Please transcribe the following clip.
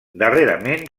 darrerament